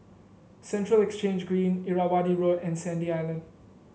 Central Exchange Green Irrawaddy Road and Sandy Island